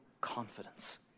confidence